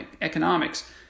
economics